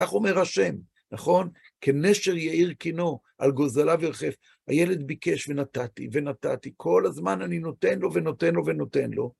כך אומר השם, נכון? כנשר יאיר קינו על גוזליו ירחף. הילד ביקש ונתתי ונתתי, כל הזמן אני נותן לו ונותן לו ונותן לו.